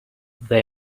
they